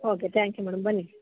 okay thank you madam ಬನ್ನಿ